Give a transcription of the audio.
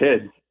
kids